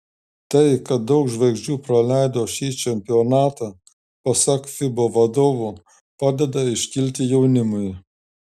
tai kad daug žvaigždžių praleido šį čempionatą pasak fiba vadovų padeda iškilti jaunimui